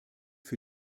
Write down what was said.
für